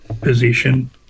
position